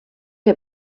wir